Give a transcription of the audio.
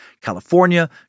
California